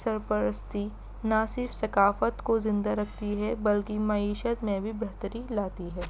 سرپرستی نہ صرف ثقافت کو زندہ رکھتی ہے بلکہ معیشت میں بھی بہتری لاتی ہے